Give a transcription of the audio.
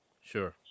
Sure